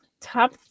Top